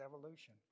evolution